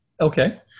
Okay